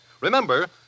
Remember